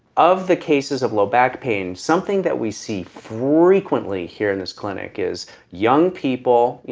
of the cases of low back pain, something that we see frequently here in this clinic is young people,